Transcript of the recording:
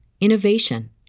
innovation